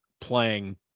playing